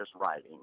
writing